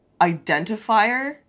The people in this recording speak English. identifier